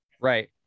Right